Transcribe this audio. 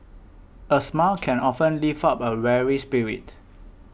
a smile can often lift up a weary spirit